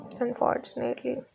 Unfortunately